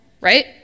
right